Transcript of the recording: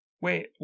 Wait